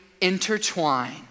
intertwine